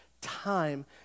time